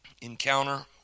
encounter